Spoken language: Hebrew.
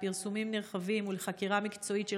לפרסומים נרחבים ולחקירה מקצועית של